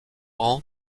rang